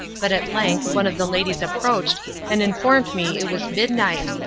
but at length one of the ladies approached and informed me it was midnight,